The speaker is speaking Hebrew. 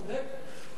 צודק.